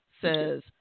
says